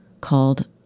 called